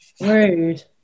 Rude